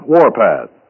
Warpath